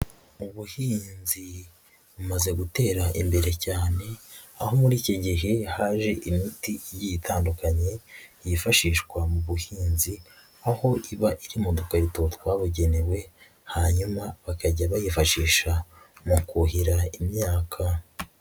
Ubuhinzi bumaze gutera imbere cyane, aho muri iki gihe haje imiti igiye itandukanye, yifashishwa mu buhinzi, aho iba iri mu dukarito twabugenewe, hanyuma bakajya bayifashisha mu kuhira imyaka.